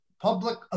public